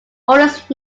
oldest